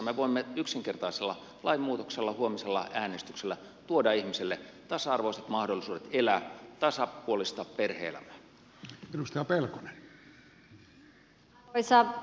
me voimme yksinkertaisella lainmuutoksella huomisella äänestyksellä tuoda ihmisille tasa arvoiset mahdollisuudet elää tasapuolista perhe elämää